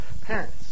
parents